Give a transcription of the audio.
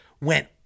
went